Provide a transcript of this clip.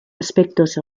aspectos